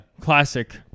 Classic